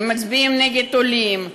הם מצביעים נגד עולים,